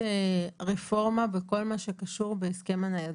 רפורמה בכל מה שקשור בהסכם הניידות.